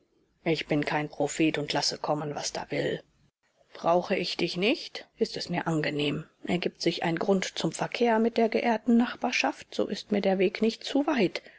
ich bin kein prophet und lasse kommen was da will brauche ich dich nicht ist es mir angenehm ergibt sich ein grund zum verkehr mit der geehrten nachbarschaft so ist mir der weg nicht zu weit